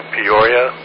Peoria